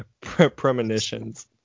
Premonitions